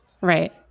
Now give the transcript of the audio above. Right